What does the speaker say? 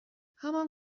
همان